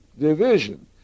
division